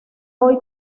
hoy